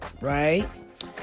right